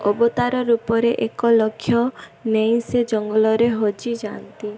ଅବତାର ରୂପରେ ଏକ ଲକ୍ଷ୍ୟ ନେଇ ସେ ଜଙ୍ଗଲରେ ହଜି ଯାଆନ୍ତି